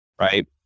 Right